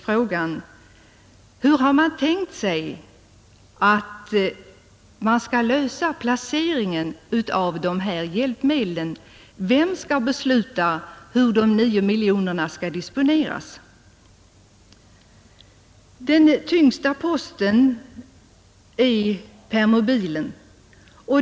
Frågan är: Hur har man tänkt sig att man skall klara placeringen av de här hjälpmedlen? Vem skall besluta hur de 9 miljoner kronorna skall disponeras? Den tyngsta posten bland dyrbara hjälpmedel är permobilen.